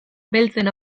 beltzen